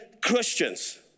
Christians